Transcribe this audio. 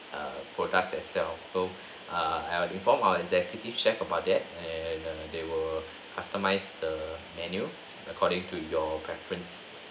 err products as well so err I will inform our executive chef about that and they will customize the menu according to your preference